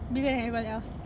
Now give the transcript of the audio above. bigger than everyone else